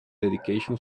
dedication